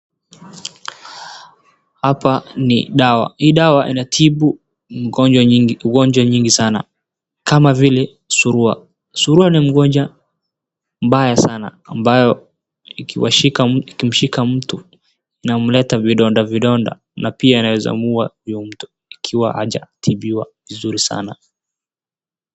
Hapa ni dawa, hii dawa inatibu ugonjwa nyingi sana kama vile surwa. Surwa ni ugonjwa mbaya sana ambayo ikimshika mtu , inamleta vidonda vidonda na pia inaweza muua huyo mtu ikiwa hajatibiwa vizuri sana.